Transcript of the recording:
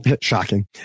Shocking